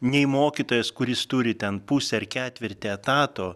nei mokytojas kuris turi ten pusę ar ketvirtį etato